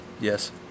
Yes